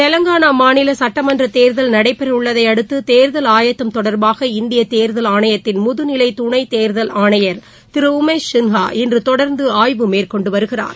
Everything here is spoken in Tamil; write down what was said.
தெவங்கானா மாநில சுட்டமன்ற தேர்தல் நடைபெறவுள்ளதையடுத்து தேர்தல் ஆயத்தம் தொடர்பாக இந்திய தேர்தல் ஆணையத்தின் முதுநிலை துணை தேர்தல் ஆணையர் திரு உமேஷ் சின்கா இன்று தொடர்ந்து ஆய்வு மேற்கொண்டு வருகிறார்